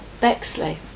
Bexley